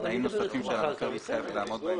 תנאים נוספים שהמפר מתחייב לעמוד בהם